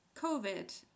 COVID